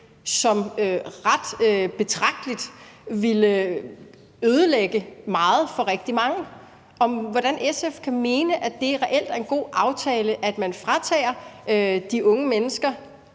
som ret betragteligt ville ødelægge meget for rigtig mange, og hvordan SF kan mene, at det reelt er en god aftale, at man fratager de unge mennesker